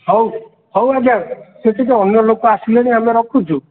ହଉ ହଉ ଆଜ୍ଞା ସେ ଟିକେ ଅନ୍ୟ ଲୋକ ଆସିଲେଣି ଆମେ ରଖୁଛୁ